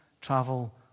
travel